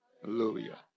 Hallelujah